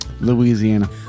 Louisiana